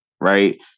right